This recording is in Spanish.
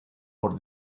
por